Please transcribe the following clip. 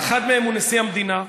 אחד מהם הוא נשיא המדינה,